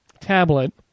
tablet